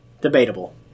Debatable